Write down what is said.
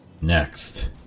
Next